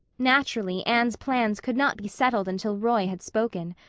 naturally anne's plans could not be settled until roy had spoken.